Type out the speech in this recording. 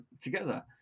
together